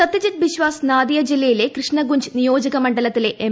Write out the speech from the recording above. സത്യജിത്ത് ബിസ്വാസ് നാദിയ ജില്ലയിലെ കൃഷ്ണഗുഞ്ച് നിയോജക മണ്ഡലത്തിലെ എം